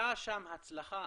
שהייתה כאן הצלחה.